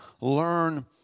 learn